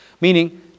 Meaning